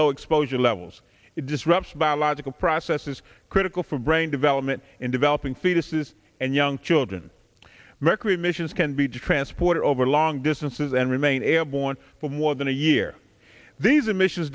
low expose levels it disrupts biological processes critical for brain development in developing fetuses and young children mercury emissions can be transported over long distances and remain airborne for more than a year these emissions